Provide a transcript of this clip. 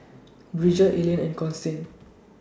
Bridger Ellyn and Constantine